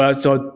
but so,